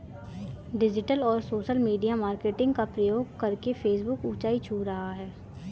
digital और social media marketing का प्रयोग करके फेसबुक ऊंचाई छू रहा है